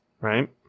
right